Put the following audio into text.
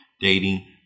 dating